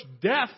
death